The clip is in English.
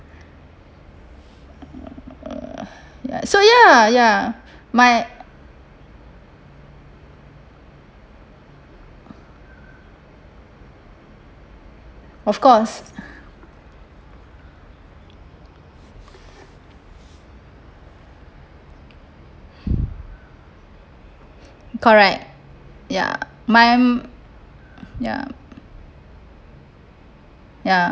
so ya ya my of course correct ya my ya ya